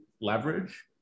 leverage